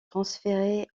transférée